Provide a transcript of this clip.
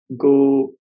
go